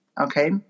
okay